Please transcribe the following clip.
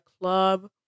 club